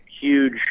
huge